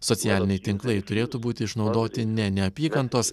socialiniai tinklai turėtų būti išnaudoti ne neapykantos